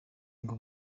ngo